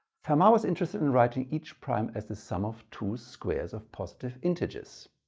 fermat was interested in writing each prime as the sum of two squares of positive integers.